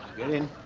get in.